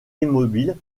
mobile